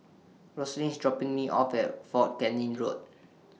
Roslyn IS dropping Me off At Fort Canning Road